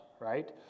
right